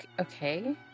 Okay